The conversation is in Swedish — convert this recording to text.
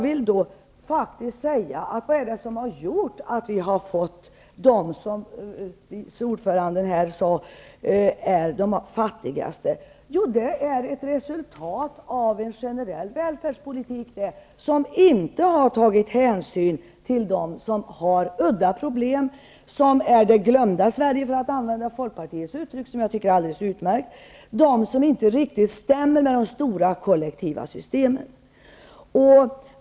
Vad är det som har gjort att vi har fått, som vice ordföranden här sade, ''de fattigaste''? Jo, det är ett resultat av en generell välfärdspolitik, som inte har tagit hänsyn till dem som har udda problem, som utgör det glömda Sverige, för att använda Folkpartiets uttryck -- som jag tycker är alldeles utmärkt. Det är de som inte riktigt stämmer med de stora kollektiva systemen.